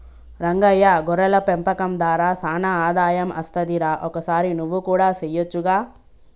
రంగయ్య గొర్రెల పెంపకం దార సానా ఆదాయం అస్తది రా ఒకసారి నువ్వు కూడా సెయొచ్చుగా